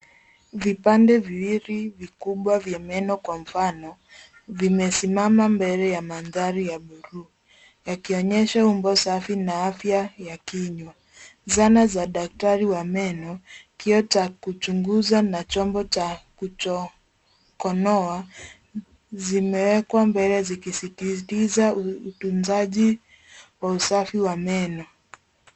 Vipande viwili vikubwa vya meno kwa mfano, vimesimama mbele ya mandari ya blue yakionyesha umbo safi na afya vya kinywa. Zana za daktari wa meno kioo cha kuchunguza na chombo cha na za kuchongonoa zimewekwa mbele zikizizita utunzaji wa usafi wa meno.